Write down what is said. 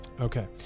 Okay